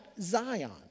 Zion